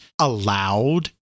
allowed